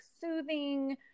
soothing